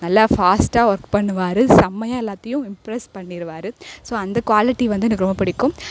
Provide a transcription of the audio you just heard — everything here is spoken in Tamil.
நல்லா ஃபாஸ்டாக ஒர்க் பண்ணுவார் செம்மையாக எல்லாத்தையும் இம்ப்ரெஸ் பண்ணிடுவாரு ஸோ அந்த க்வாலிட்டி வந்து எனக்கு ரொம்ப பிடிக்கும்